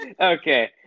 Okay